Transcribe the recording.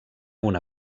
una